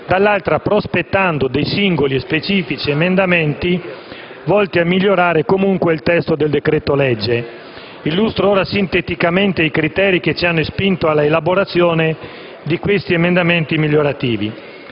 dall'altro prospettando singoli e specifici emendamenti volti a migliorare comunque il testo del decreto-legge. Illustrerò ora sinteticamente i criteri che ci hanno spinto all'elaborazione di questi emendamenti migliorativi.